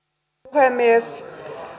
puhemies